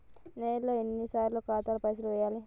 నెలలో ఎన్నిసార్లు ఖాతాల పైసలు వెయ్యాలి?